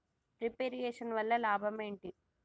Drip irrigation వల్ల లాభం ఏంటి?